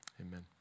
Amen